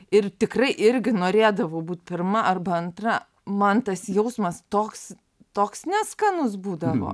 ir tikrai irgi norėdavau būt pirma arba antra man tas jausmas toks toks neskanus būdavo